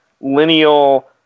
lineal